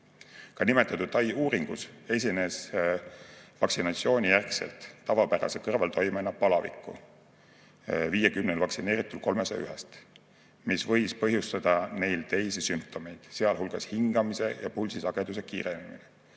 Ka nimetatud Tai uuringus esines vaktsinatsioonijärgselt tavapärase kõrvaltoimena palavikku – 50 vaktsineeritul 301-st –, mis võis põhjustada neil teisi sümptomeid, sealhulgas hingamise ja pulsisageduse kiirenemine.